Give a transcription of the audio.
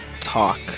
talk